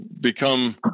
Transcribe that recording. become